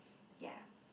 ya